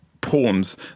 poems